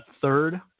third